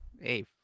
Hey